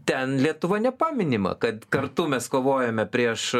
ten lietuva nepaminima kad kartu mes kovojame prieš